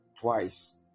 twice